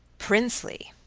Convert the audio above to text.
princely!